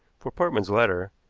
for portman's letter,